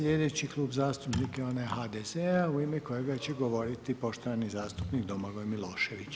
Sljedeći klub zastupnika je onaj HDZ-a u ime kojega će govoriti poštovani zastupnik Domagoj Milošević.